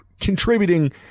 contributing